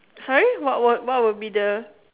sorry what will what will be the